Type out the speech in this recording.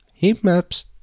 Heatmaps